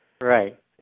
Right